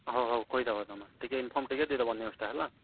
ହଉ ହଉ କହି ଦବଁ ତମେ ଟିକେ ଇନ୍ଫର୍ମ୍ ଟିକେ ଦେଇ ଦବ ନ୍ୟୁଜ୍ଟା ହେଲା